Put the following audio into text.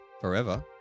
forever